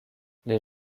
les